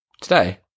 Today